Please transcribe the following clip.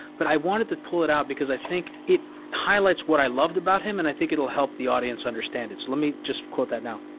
but i wanted to pull it out, because i think it highlights what i loved about him, and i think it'll help the audience understand it. so, let me just quote that now.